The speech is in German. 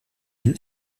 den